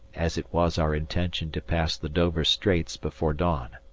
as it was our intention to pass the dover straits before dawn.